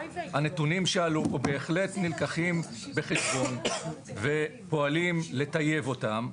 הנתונים שעלו פה בהחלט נלקחים בחשבון ופועלים לטייב אותם.